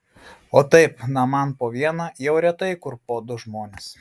o taip naman po vieną jau retai kur po du žmones